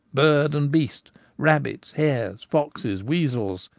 bird and beast rabbits, hares, foxes, weasels,